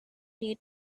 need